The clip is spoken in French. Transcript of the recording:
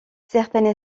certaines